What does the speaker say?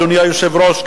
אדוני היושב-ראש,